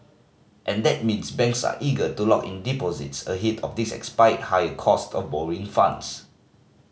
and that means banks are eager to lock in deposits ahead of this expected higher cost of borrowing funds